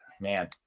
man